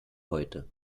heute